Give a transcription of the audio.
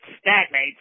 stagnates